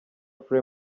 flame